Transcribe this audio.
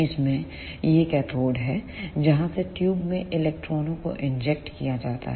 इसमें यह कैथोड है जहां से ट्यूब में इलेक्ट्रॉनों को इंजेक्ट किया जाता है